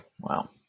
wow